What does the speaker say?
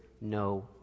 no